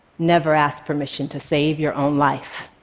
never ask permission to save your own life.